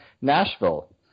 Nashville